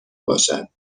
باشد